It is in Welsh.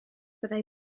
byddai